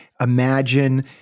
imagine